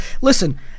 Listen